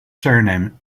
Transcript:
surname